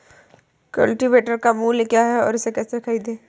Cultivator का मूल्य क्या है और इसे कैसे खरीदें?